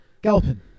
Galpin